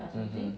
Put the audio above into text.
mmhmm